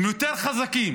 הם יותר חזקים.